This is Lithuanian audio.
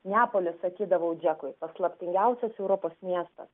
neapolis sakydavau džekui paslaptingiausias europos miestas